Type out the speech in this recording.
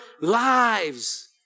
lives